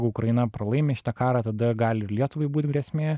ukraina pralaimi šitą karą tada gali ir lietuvai būt grėsmė